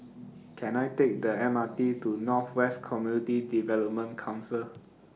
Can I Take The M R T to North West Community Development Council